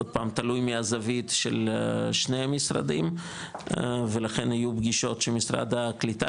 כל פעם מהזווית של שני המשרדים ולכן יהיו פגישות שמשרד הקליטה